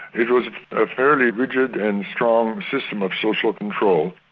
it was a fairly rigid and strong system of social control.